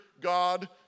God